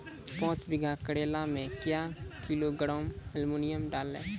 पाँच बीघा करेला मे क्या किलोग्राम एलमुनियम डालें?